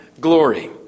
glory